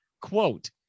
Quote